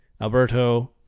Alberto